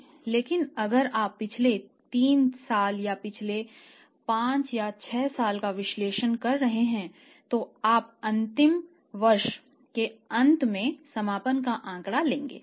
लेकिन अगर आप पिछले 3 साल या पिछले 5 या 6 साल का विश्लेषण कर रहे हैं तो आप अंतिम वर्ष के अंत में समापन का आंकड़ा लेंगे